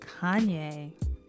Kanye